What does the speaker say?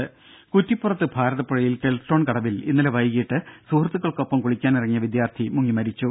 ദേദ കുറ്റിപ്പുറത്ത് ഭാരതപ്പുഴയിൽ കെൽട്രോൺ കടവിൽ ഇന്നലെ വൈകീട്ട് സുഹൃത്തുക്കൾക്കൊപ്പം കുളിക്കാനിറങ്ങിയ വിദ്യാർഥി മുങ്ങി മരിച്ചു